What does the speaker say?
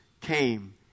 came